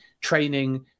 training